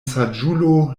saĝulo